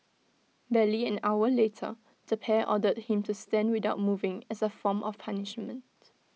barely an hour later the pair ordered him to stand without moving as A form of punishment